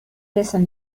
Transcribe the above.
lesson